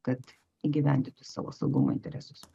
kad įgyvendintų savo saugumo interesus